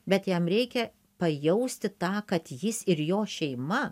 bet jam reikia pajausti tą kad jis ir jo šeima